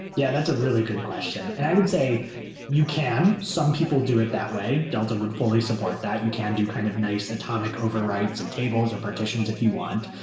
yeah, that's a really good question, and i would say you can. some people do it that way. delta would fully support that. you can do kind of nice atomic overwrites of tables or partitions if you want,